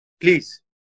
Please